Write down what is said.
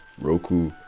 Roku